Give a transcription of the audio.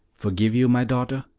forgive you, my daughter?